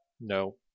No